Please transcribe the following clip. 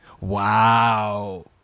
Wow